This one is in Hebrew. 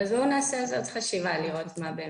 אז נעשה על זה עוד חשיבה לראות מהו